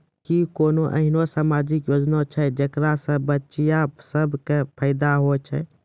कि कोनो एहनो समाजिक योजना छै जेकरा से बचिया सभ के फायदा होय छै?